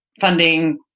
funding